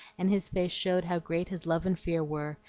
and his face showed how great his love and fear were,